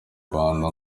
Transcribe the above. rwanda